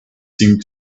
seemed